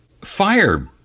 Fire